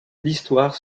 l’histoire